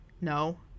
No